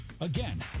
Again